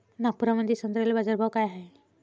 नागपुरामंदी संत्र्याले बाजारभाव काय हाय?